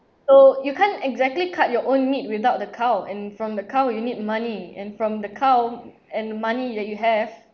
so you can't exactly cut your own meat without the cow and from the cow you need money and from the cow and the money that you have